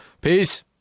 Peace